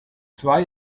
zwei